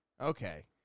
okay